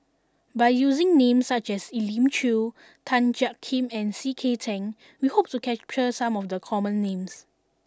by using names such as Elim Chew Tan Jiak Kim and C K Tang we hope to capture some of the common names